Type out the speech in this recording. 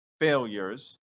failures—